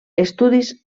estudis